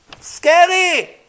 Scary